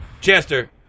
Chester